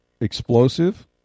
explosive